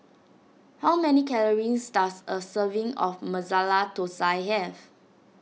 how many calories does a serving of Masala Thosai have